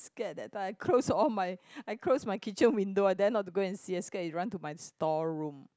scared that time I closed all my I closed my kitchen window I dare not to see I scared it run to my store room